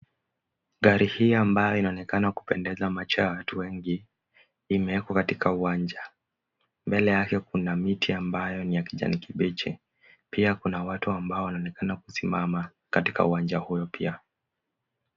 Gari hii ambayo inaonekana kupendeza macho ya watu wengi imeekwa katika uwanja, mbele yake kuna miti ambayo ni ya kijani kibichi pia kuna watu ambao wanaonekana kusimama katika uwanja huo pia.